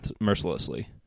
mercilessly